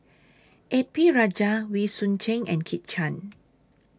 A P Rajah Wee Choon Seng and Kit Chan